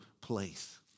place